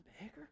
beggar